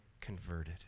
converted